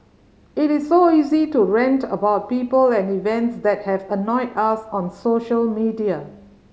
it is so easy to rant about people and events that have annoyed us on social media